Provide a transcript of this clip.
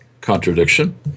contradiction